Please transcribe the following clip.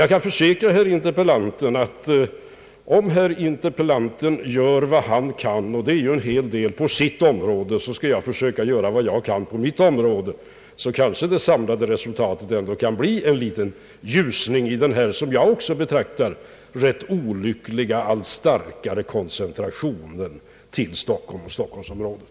Jag kan försäkra herr interpellanten, att om herr interpellanten gör vad han kan — och det är ju en hel del — på sitt område, skall jag försöka göra vad jag kan på mitt område! Då kanske det samlade resultatet ändå kan bli en liten ljusning i denna, som också jag anser, olyckliga och allt starkare koncentration till Stockholm och stockholmsområdet.